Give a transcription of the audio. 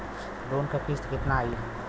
Loan क किस्त कितना आई?